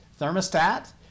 thermostat